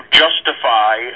justify